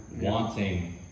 wanting